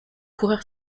coureur